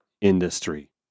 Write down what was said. industry